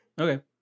Okay